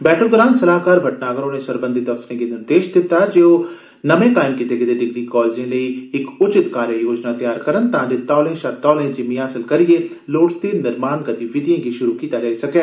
बैठक दौरान सलाहकार भटनागर होरे सरबंधत अफसरें गी निर्देश दित्ता जे ओह् नमें कायम कीते गेदे डिग्री कालेजें लेई इक उचित कार्ययोजना तैयार करन तांजे तौले शा तौले जिमीं हासल करियै लोड़चदी निर्माण गतिविधिएं गी शुरु कीता जाई सकै